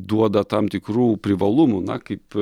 duoda tam tikrų privalumų na kaip